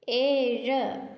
ഏഴ്